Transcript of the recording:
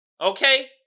Okay